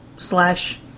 Slash